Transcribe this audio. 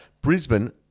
Brisbane